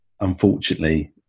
unfortunately